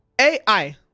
AI